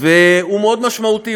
והוא מאוד משמעותי.